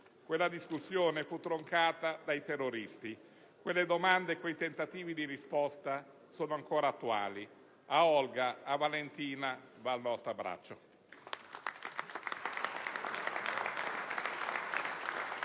Quella discussione fu stroncata dai terroristi: quelle domande e quei tentativi di risposta sono ancora attuali. A Olga e Valentina va il nostro abbraccio.